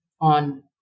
on